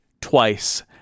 twice